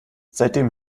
seitdem